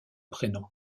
prénom